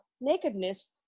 nakedness